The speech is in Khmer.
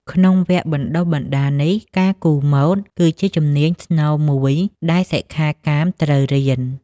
ក្នុងវគ្គបណ្តុះបណ្តាលនេះ ការគូរម៉ូដ គឺជាជំនាញស្នូលមួយដែលសិក្ខាកាមត្រូវរៀន។